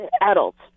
adults